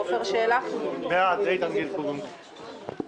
עפר שלח, במקומו איתן גינזבורג בעד.